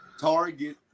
Target